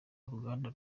uruganda